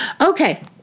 Okay